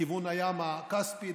לכיוון הים הכספי,